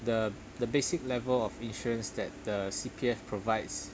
the the basic level of insurance that the C_P_F provides